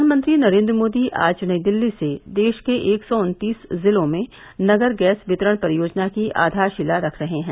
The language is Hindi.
प्रधानमंत्री नरेन्द्र मोदी आज नई दिल्ली से देश के एक सौ उन्तीस जिलों में नगर गैस वितरण परियोजना की आधारशिला रख रहे है